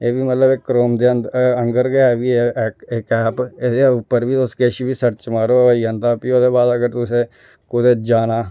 एह् बी मतलब इक क्रोम दे अंगर बी ऐ इक ऐप एह्दे पर बी किश बी सर्च मारो होई आंदा फ्ही उ'दे बाद अगर तुसें कुते जाना